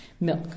milk